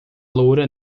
loura